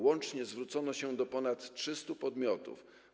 Łącznie zwrócono się do ponad 300 podmiotów.